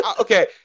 okay